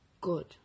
good